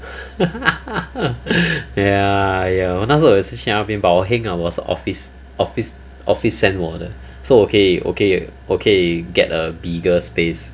ya 我也是去那边 but 我 heng ah 我是 office office office send 我的 so 我可以我可以我可以 get a bigger space